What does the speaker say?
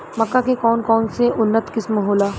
मक्का के कौन कौनसे उन्नत किस्म होला?